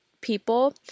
people